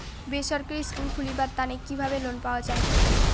বেসরকারি স্কুল খুলিবার তানে কিভাবে লোন পাওয়া যায়?